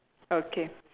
okay